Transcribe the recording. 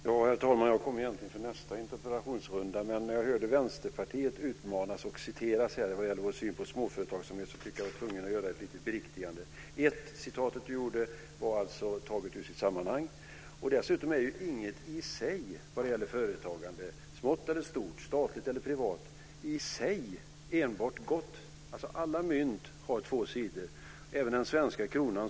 Herr talman! Jag kom egentligen hit för att delta i nästa interpellationsdebatt, men när jag hörde Vänsterpartiet utmanas och citeras här vad gäller vår syn på småföretagsamhet tyckte jag att jag var tvungen att göra ett litet beriktigande. Citatet som Marietta de Pourbaix-Lundin återgav var taget ur sitt sammanhang. Dessutom är inget företagande - smått eller stort, statligt eller privat - i sig enbart gott. Alla mynt har två sidor, även den svenska kronan.